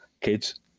kids